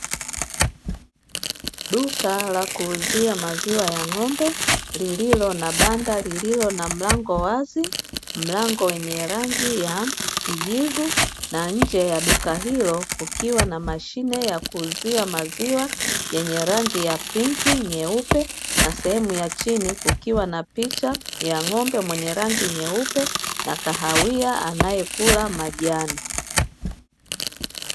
Duka la kuuzia maziwa ya ng'ombe lililo na banda lililo na mlango wazi, mlango wenye rangi ya kijivu na nje ya duka hilo kukiwa na mashine ya kuuzia maziwa yenye rangi ya pinki, nyeupe na sehemu ya chini kukiwa na picha ya ng'ombe mwenye rangi nyeupe na kahawia anayekula majani.